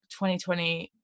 2020